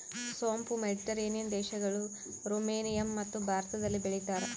ಸೋಂಪು ಮೆಡಿಟೇರಿಯನ್ ದೇಶಗಳು, ರುಮೇನಿಯಮತ್ತು ಭಾರತದಲ್ಲಿ ಬೆಳೀತಾರ